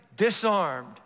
disarmed